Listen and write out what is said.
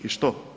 I što?